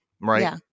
Right